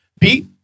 Pete